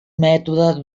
mètode